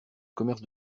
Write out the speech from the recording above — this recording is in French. commerce